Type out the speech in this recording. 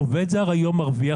עובד זר היום מרוויח,